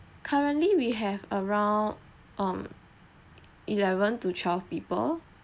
currently we have around um eleven to twelve people